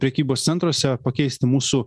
prekybos centruose pakeisti mūsų